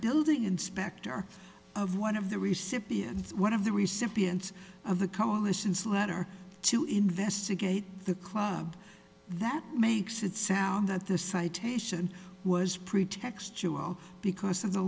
building inspector of one of the receptive one of the recipients of the coalition's letter to investigate the club that makes it sound that the citation was pretextual because of the